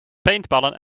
paintballen